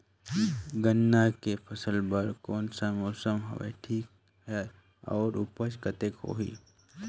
गन्ना के फसल बर कोन सा मौसम हवे ठीक हे अउर ऊपज कतेक होही?